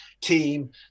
team